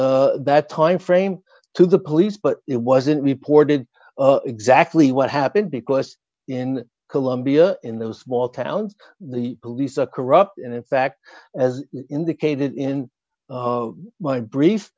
that timeframe to the police but it wasn't reported exactly what happened because in colombia in the small towns the police are corrupt and in fact as indicated in my brief